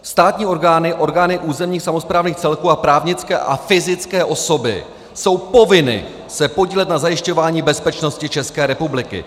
Státní orgány, orgány územních samosprávních celků a právnické a fyzické osoby jsou povinny se podílet na zajišťování bezpečnosti České republiky.